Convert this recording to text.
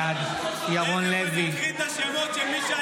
בעד ירון לוי, בעד מיקי לוי,